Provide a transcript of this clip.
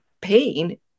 pain